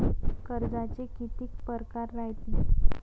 कर्जाचे कितीक परकार रायते?